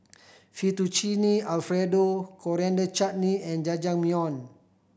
Fettuccine Alfredo Coriander Chutney and Jajangmyeon